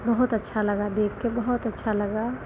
बहुत अच्छा लगा देखकर बहुत अच्छा लगा